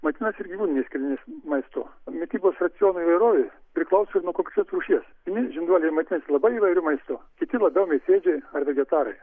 maitinasi ir gyvūninės kilmės maistu mitybos raciono įvairovė priklauso ir nuo konkrečios rūšies vieni žinduoliai maitinasi labai įvairiu maistu kiti labiau mėsėdžiai ar vegetarai